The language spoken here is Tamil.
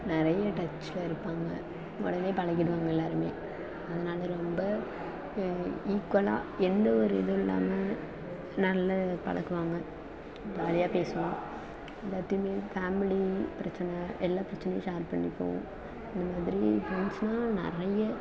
நிறைய டச்சில் இருப்பாங்க உடனே பழகிடுவாங்க எல்லோருமே அதனால் ரொம்ப ஈக்குவலாக எந்த ஒரு இதுவும் இல்லாமல் நல்லா பழகுவாங்க ஜாலியாக பேசுவோம் எல்லோர்ட்டையுமே ஃபேமிலி பிரச்சனை எல்லா பிரச்சனையையும் ஷேர் பண்ணிப்போம் அந்த மாதிரி ஃப்ரெண்ட்ஸுன்னா நிறைய